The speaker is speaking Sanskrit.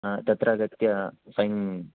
हा तत्रागत्य फैन्